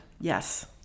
Yes